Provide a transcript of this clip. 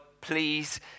please